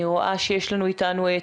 אני רואה שיש איתנו את